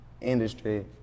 industry